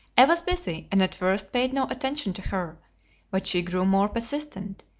i was busy, and at first paid no attention to her but she grew more persistent,